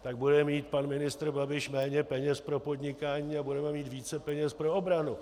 Tak bude mít pan ministr Babiš méně peněz pro podnikání a budeme mít více peněz pro obranu.